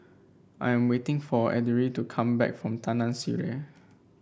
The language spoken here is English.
I'm waiting for Edrie to come back from Taman Sireh